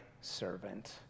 servant